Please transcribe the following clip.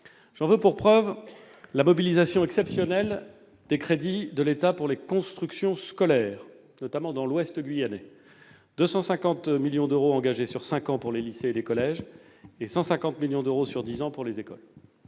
J'en veux pour preuve la mobilisation exceptionnelle des crédits de l'État pour les constructions scolaires, notamment dans l'ouest guyanais : 250 millions d'euros engagés sur cinq ans pour les lycées et les collèges, et 150 millions d'euros sur dix ans pour les écoles.